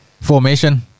Formation